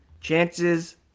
chances